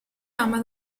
ama